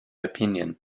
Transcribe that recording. opinion